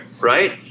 right